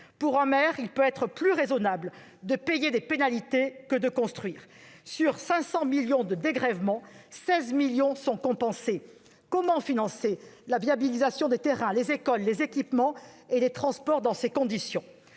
Pour un maire, il peut être plus raisonnable de payer des pénalités que de construire. Sur 500 millions d'euros de dégrèvements, seuls 16 millions sont compensés ! Comment financer la viabilisation des terrains, les écoles, les équipements et les transports dans ces conditions ?